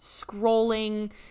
scrolling